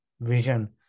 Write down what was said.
vision